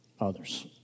others